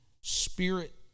Spirit